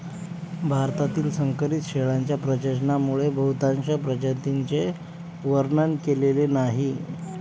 भारतातील संकरित शेळ्यांच्या प्रजननामुळे बहुतांश प्रजातींचे वर्णन केलेले नाही